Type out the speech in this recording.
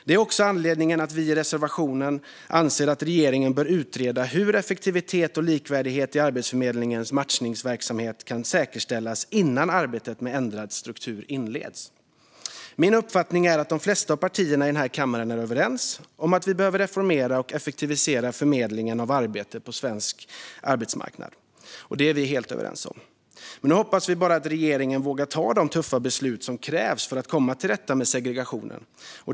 Detta är också anledningen till att vi i reservationen anger att regeringen bör utreda hur effektivitet och likvärdighet i Arbetsförmedlingens matchningsverksamhet kan säkerställas innan arbetet med ändrad struktur inleds. Min uppfattning är att de flesta av partierna i den här kammaren är helt överens om att vi behöver reformera och effektivisera förmedlingen av arbete på svensk arbetsmarknad. Nu hoppas vi bara att regeringen vågar ta de tuffa beslut som krävs för att komma till rätta med segregationen.